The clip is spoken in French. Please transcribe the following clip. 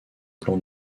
plan